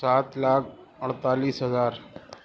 سات لاکھ اڑتالیس ہزار